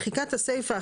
מחיקת הסיפה,